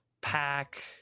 pack